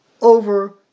over